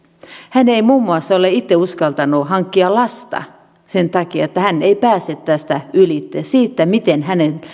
hän ei muun muassa ole itse uskaltanut hankkia lasta sen takia että hän ei pääse tästä ylitse siitä miten